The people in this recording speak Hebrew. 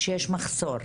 שיש מחסור,